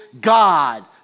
God